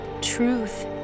truth